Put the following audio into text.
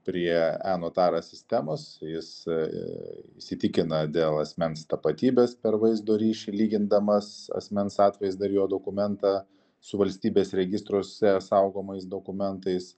prie enotaro sistemos jis įsitikina dėl asmens tapatybės per vaizdo ryšį lygindamas asmens atvaizdą ir jo dokumentą su valstybės registruose saugomais dokumentais